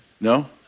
No